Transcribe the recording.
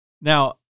Now